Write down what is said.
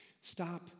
Stop